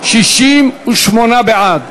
68 בעד,